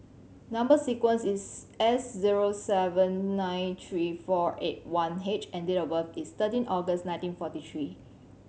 number sequence is S zero seven nine three four eight one H and date of birth is thirteen August nineteen forty three